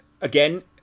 Again